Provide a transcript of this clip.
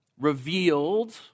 revealed